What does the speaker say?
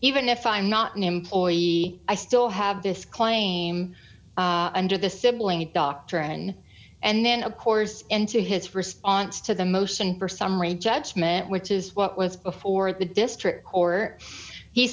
even if i'm not an employee i still have this claim under the sibling doctrine and then of course into his response to the motion for summary judgment which is what was before the district court he